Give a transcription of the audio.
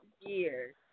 years